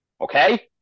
Okay